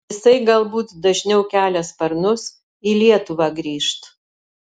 jisai galbūt dažniau kelia sparnus į lietuvą grįžt